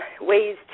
ways